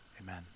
Amen